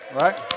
right